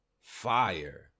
Fire